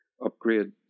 upgrade